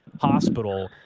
hospital